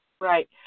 Right